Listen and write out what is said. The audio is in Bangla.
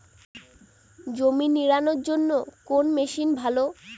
জমি নিড়ানোর জন্য কোন মেশিন ভালো?